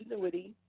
edgenuity,